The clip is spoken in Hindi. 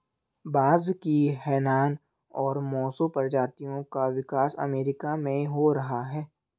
बांस की हैनान और मोसो प्रजातियों का विकास अमेरिका में हो रहा है